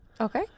Okay